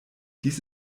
dies